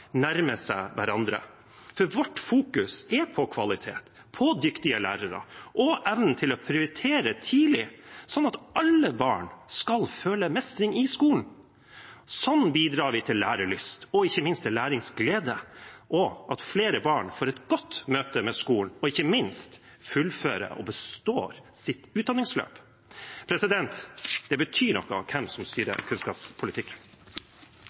seg hverandre. Vårt fokus er på kvalitet, på dyktige lærere og på evnen til å prioritere tidlig, sånn at alle barn skal føle mestring i skolen. Sånn bidrar vi til lærelyst og ikke minst til læringsglede, og til at flere barn får et godt møte med skolen og ikke minst fullfører og består sitt utdanningsløp. Det betyr noe hvem som styrer kunnskapspolitikken.